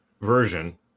version